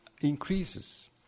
increases